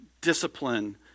discipline